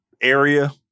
area